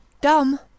Dumb